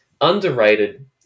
underrated